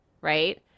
right